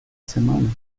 semana